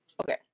okay